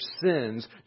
sins